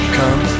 come